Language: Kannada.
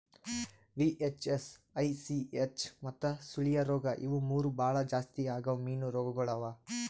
ವಿ.ಹೆಚ್.ಎಸ್, ಐ.ಸಿ.ಹೆಚ್ ಮತ್ತ ಸುಳಿಯ ರೋಗ ಇವು ಮೂರು ಭಾಳ ಜಾಸ್ತಿ ಆಗವ್ ಮೀನು ರೋಗಗೊಳ್ ಅವಾ